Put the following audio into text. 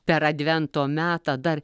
per advento metą dar